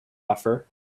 offer